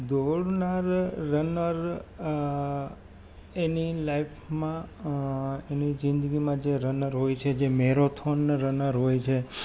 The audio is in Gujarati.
દોડનાર રનર એની લાઈફમાં એની જિદગીમાં જે રનર હોય છે જે મેરોથોન રનર હોય છે